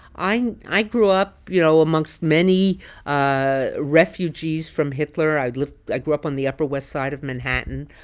i i grew up, you know, amongst many ah refugees from hitler. i lived i grew up on the upper west side of manhattan.